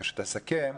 כשתסכם,